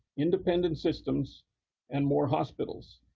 independent systems and more hospitals.